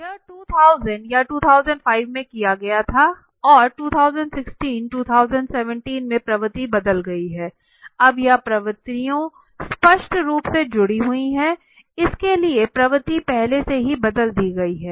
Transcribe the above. यह 2000 या 2005 में किया गया था और 2016 2017 में प्रवृत्ति बदल गई है अब यह प्रवृत्तियों स्पष्ट रूप से जुड़ी हुई है इस के लिए प्रवृत्ति पहले से ही बदल दी गई है